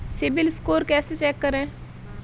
CIBIL score कैसे चेक करें?